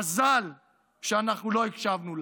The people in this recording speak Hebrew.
מזל שאנחנו לא הקשבנו לה.